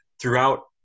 throughout